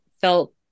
felt